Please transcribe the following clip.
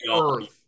Earth